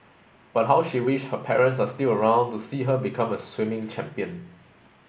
but how she wished her parents are still around to see her become a swimming champion